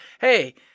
Hey